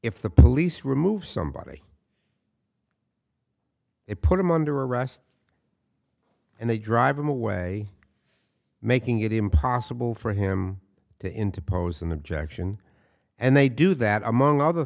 if the police remove somebody it put them under arrest and they drive them away making it impossible for him to interpose an objection and they do that among other